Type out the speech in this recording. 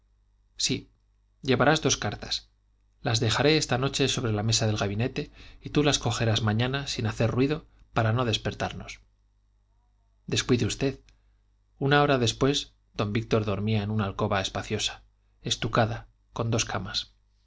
sí llevarás dos cartas las dejaré esta noche sobre la mesa del gabinete y tú las cogerás mañana sin hacer ruido para no despertarnos descuide usted una hora después don víctor dormía en una alcoba espaciosa estucada con dos camas